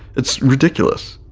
it's ridiculous.